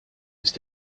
ist